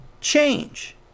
change